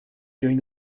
during